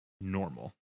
normal